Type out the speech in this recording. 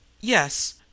Yes